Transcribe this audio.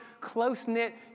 close-knit